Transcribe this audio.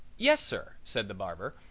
yes, sir, said the barber.